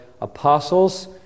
apostles